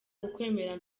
ukwemera